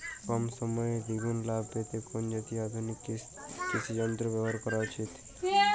কম সময়ে দুগুন লাভ পেতে কোন জাতীয় আধুনিক কৃষি যন্ত্র ব্যবহার করা উচিৎ?